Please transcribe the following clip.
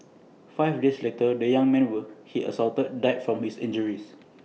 five days later the young man will he assaulted died from his injuries